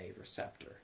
receptor